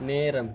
நேரம்